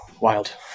wild